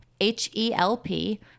H-E-L-P